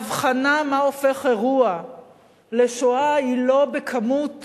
ההבחנה מה הופך אירוע לשואה היא לא בכמות